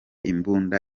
imbunda